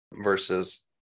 versus